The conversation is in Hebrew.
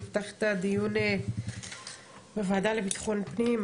נפתח את הדיון בוועדה לביטחון פנים,